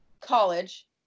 college